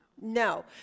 No